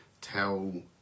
tell